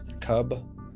cub